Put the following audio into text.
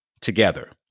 together